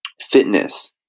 fitness